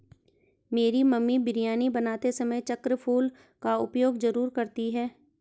मेरी मम्मी बिरयानी बनाते समय चक्र फूल का उपयोग जरूर करती हैं